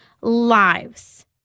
lives